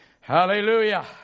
Hallelujah